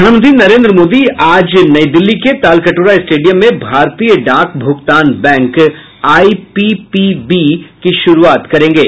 प्रधानमंत्री नरेन्द्र मोदी आज नई दिल्ली के तालकटोरा स्टेडियम में भारतीय डाक भुगतान बैंक आईपीपीबी की शुरूआत करेंगे